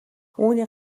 үүнийг